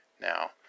now